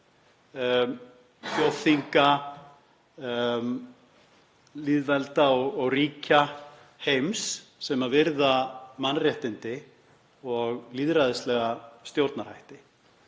þjóðþinga, lýðvelda og ríkja heims sem virða mannréttindi og lýðræðislega stjórnarhætti.